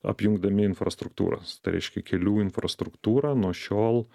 apjungdami infrastruktūras tai reiškia kelių infrastruktūra nuo šiol